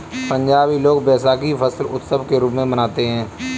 पंजाबी लोग वैशाखी फसल उत्सव के रूप में मनाते हैं